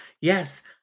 Yes